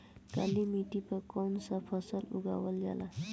काली मिट्टी पर कौन सा फ़सल उगावल जाला?